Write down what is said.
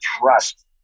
trust